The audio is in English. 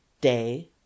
Day